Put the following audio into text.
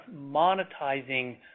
monetizing